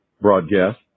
broadcast